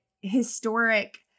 historic